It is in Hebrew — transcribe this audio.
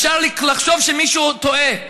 אפשר לחשוב שמישהו טועה,